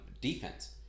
defense